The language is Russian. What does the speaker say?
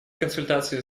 консультации